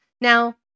Now